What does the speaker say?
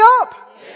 up